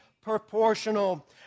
proportional